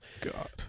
God